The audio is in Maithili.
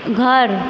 घर